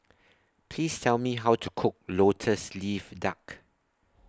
Please Tell Me How to Cook Lotus Leaf Duck